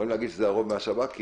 הם יכולים להגיד שזה הרוב מהשב"כ כי